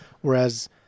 Whereas